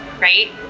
right